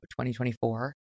2024